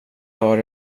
har